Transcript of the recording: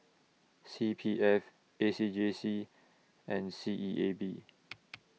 C P F A C J C and C E A B